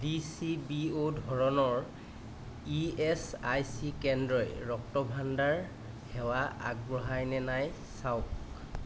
D C B ও ধৰণৰ ESIC কেন্দ্ৰই ৰক্তভাণ্ডাৰ সেৱা আগবঢ়ায় নে নাই চাওঁক